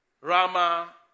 Rama